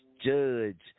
judge